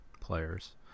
players